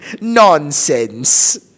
Nonsense